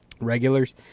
regulars